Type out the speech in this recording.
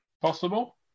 Possible